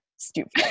stupid